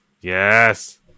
yes